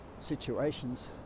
situations